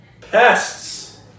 Pests